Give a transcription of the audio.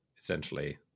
essentially